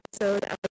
episode